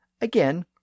Again